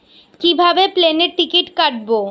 কিভাবে প্লেনের টিকিট কাটব?